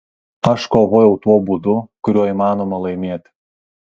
aš kovojau tuo būdu kuriuo įmanoma laimėti